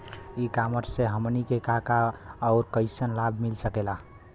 ई कॉमर्स से हमनी के का का अउर कइसन लाभ मिल सकेला?